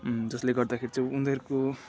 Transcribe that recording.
जसले गर्दाखेरि चाहिँ उनीहरूको